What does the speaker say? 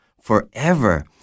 forever